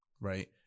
right